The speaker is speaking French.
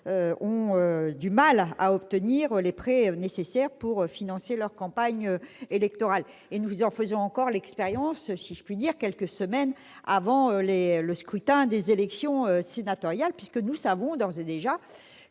ont du mal à obtenir les prêts nécessaires pour financer leur campagne électorale. Nous en faisons encore l'expérience à quelques semaines des élections sénatoriales : nous savons d'ores et déjà